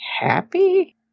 happy